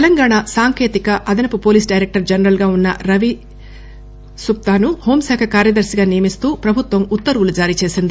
తెలంగాణ సాంకేతిక అదనపు police director general గా వున్న రవి సుప్తాను హోంశాఖ కార్యదర్శిగా నియమిస్తూ ప్రభుత్వం ఉత్తర్వులు జారీ చేసింది